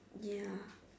ya